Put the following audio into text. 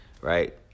right